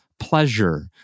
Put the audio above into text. pleasure